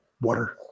water